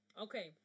Okay